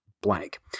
blank